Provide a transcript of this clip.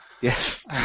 Yes